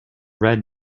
red